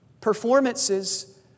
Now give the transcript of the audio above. Performances